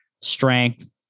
strength